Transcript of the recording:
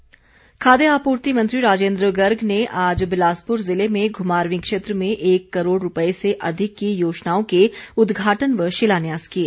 राजेन्द्र गर्ग खाद्य आपूर्ति मंत्री राजेन्द्र गर्ग ने आज बिलासपुर जिले में घुमारवीं क्षेत्र में एक करोड़ रूपये से अधिक की योजनाओं के उदघाटन व शिलान्यास किए